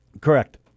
Correct